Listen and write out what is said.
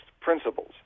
principles